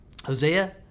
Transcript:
Hosea